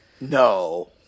No